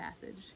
passage